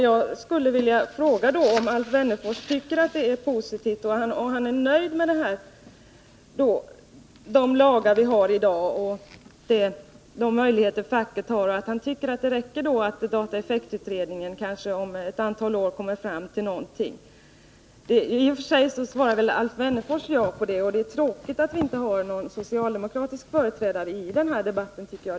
Jag skulle därför vilja fråga om Alf Wennerfors är nöjd med de lagar vi i dag har och de möjligheter facket i dag har. Tycker Alf Wennerfors att det räcker med att dataeffektutredningen om kanske ett antal år kommer fram till någonting? I och för sig svarar väl Alf Wennerfors ja på dessa frågor, och det är därför tråkigt att vi inte har med någon socialdemokratisk företrädare i denna debatt.